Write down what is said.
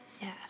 yes